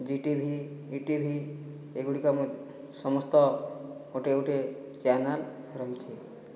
Zee TV ETV ଏଗୁଡ଼ିକ ମ ସମସ୍ତ ଗୋଟିଏ ଗୋଟିଏ ଚ୍ୟାନେଲ୍ ରହିଛି